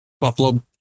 Buffalo